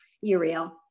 Uriel